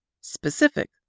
Specific